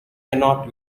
cannot